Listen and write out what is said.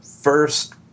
first